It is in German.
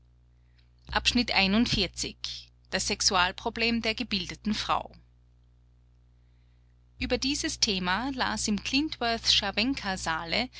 das sexualproblem der gebildeten frau über dieses thema las im